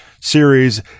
series